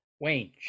Wayne